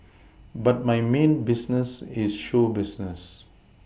but my main business is show business